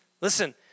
Listen